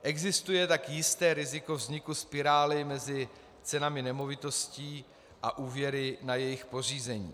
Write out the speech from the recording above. Existuje tak jisté riziko vzniku spirály mezi cenami nemovitostí a úvěry na jejich pořízení.